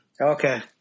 Okay